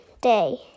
day